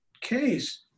case